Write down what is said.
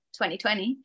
2020